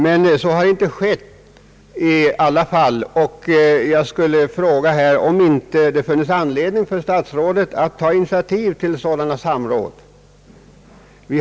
Men så har inte skett i alla fall, och jag skulle vilja fråga om det inte funnes anledning för statsrådet att ta initiativ till sådana samråd.